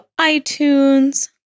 iTunes